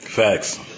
Facts